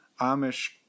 Amish